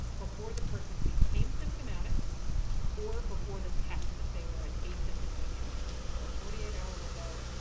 before the person became symptomatic or before the test if they were an asymptomatic individual. so forty eight hour window,